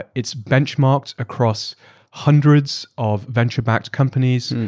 and it's benchmarked across hundreds of venture-backed companies.